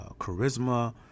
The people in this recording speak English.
charisma